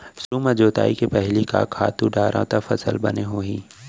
सुरु म जोताई के पहिली का खातू डारव त फसल बने होही?